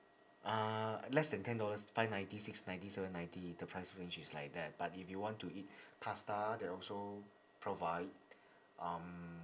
uh less than ten dollars five ninety six ninety seven ninety the price range is like that but if you want to eat pasta they also provide um